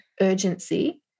urgency